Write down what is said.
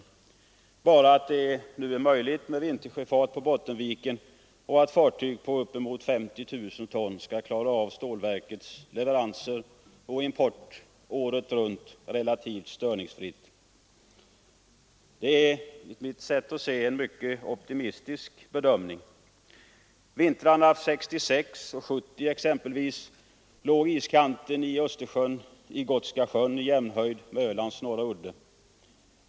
Man har bara sagt att det nu är möjligt med vintersjöfart på Bottenviken och att fartyg på uppemot 50 000 ton skall klara av stålverkets leveranser och import året runt relativt störningsfritt. Detta är enligt mitt sätt att se en mycket optimistisk bedömning. Vintrarna 1966 och 1970 låg exempelvis iskanten för Östersjöns del i Gotska sjön i jämnhöjd med Ölands norra udde.